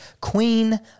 queen